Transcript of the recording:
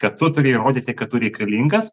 kad tu turi įrodyti kad tu reikalingas